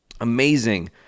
amazing